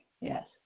yes